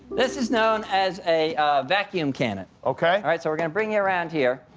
this is known as a vacuum cannon. ok. all right, so we're going to bring you around here,